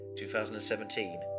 2017